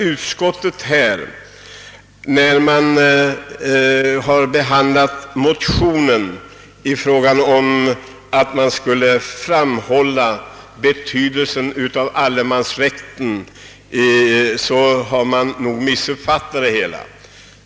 Utskottet har nog vid behandlingen av motionen vad avser frågan om allemansrätten missuppfattat det hela.